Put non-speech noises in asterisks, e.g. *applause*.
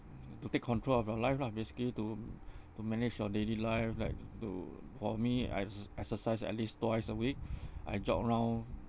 to take control of your life lah basically to *breath* to manage your daily life like to for me I ex~ exercise at least twice a week *breath* I jog around